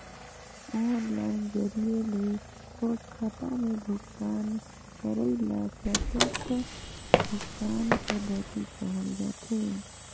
online जरिए ले सोझ खाता में भुगतान करई ल प्रत्यक्छ भुगतान पद्धति कहल जाथे